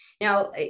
now